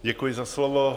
Děkuji za slovo.